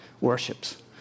worships